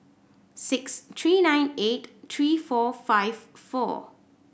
six three nine eight three four five four